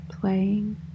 playing